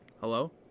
Hello